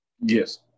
Yes